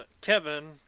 Kevin